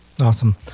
Awesome